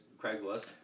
Craigslist